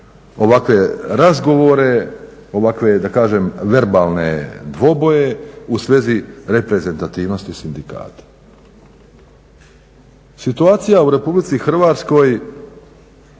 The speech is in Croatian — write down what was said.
ovakve razgovore, ovakve da kažem verbalne dvoboje u svezi reprezentativnosti sindikata. Situacija u RH je kako